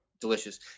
Delicious